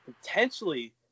potentially